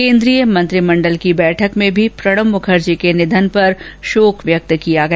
केन्द्रीय मंत्रिमंडल की बैठक में भी प्रणब मुखर्जी के निधन पर शोक व्यक्त किया गया